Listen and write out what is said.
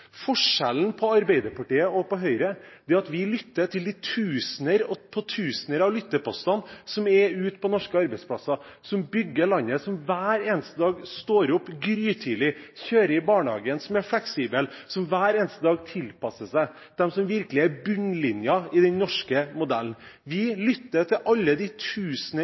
Forskjellen på Arbeiderpartiet og Høyre er at vi lytter til de tusener på tusener av lytteposter som er ute på norske arbeidsplasser, som bygger landet, som hver eneste dag står opp grytidlig, kjører i barnehagen, som er fleksible, som hver eneste dag tilpasser seg – de som virkelig er bunnlinja i den norske modellen. Vi lytter til alle de tusener